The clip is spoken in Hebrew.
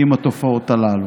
עם התופעות הללו.